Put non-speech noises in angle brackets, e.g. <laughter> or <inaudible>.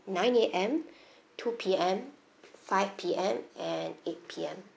nine A_M <breath> two P_M five P_M and eight P_M